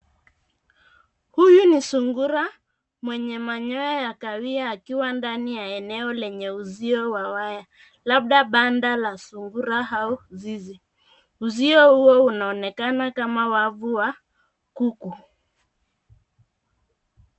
Huyu ni sungura mwenye manyoya ya kahawia akiwa ndani ya eneo lenye uzio wa waya labda banda la sungura au zizi uzio huo unaonekana kama wavu wa kuku